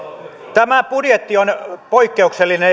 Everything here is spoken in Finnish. tämä budjetti on poikkeuksellinen